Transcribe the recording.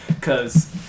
cause